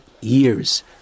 years